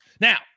Now